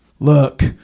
look